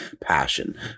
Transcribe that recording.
passion